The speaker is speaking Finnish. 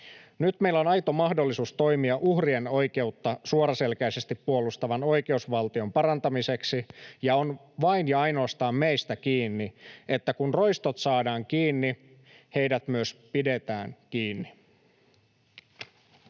Nyt meillä on aito mahdollisuus toimia uhrien oikeutta suoraselkäisesti puolustavan oikeusvaltion parantamiseksi, ja on vain ja ainoastaan meistä kiinni, että kun roistot saadaan kiinni, heidät myös pidetään kiinni.